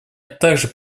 также